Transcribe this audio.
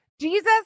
Jesus